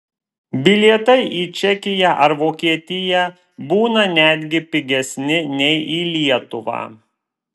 bilietai į čekiją ar vokietiją būna netgi pigesni nei į lietuvą